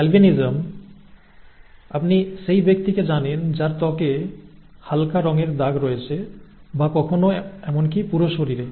albinism আপনি সেই ব্যক্তিকে জানেন যার ত্বকে হালকা রঙের দাগ রয়েছে বা কখনও এমনকি পুরো শরীরে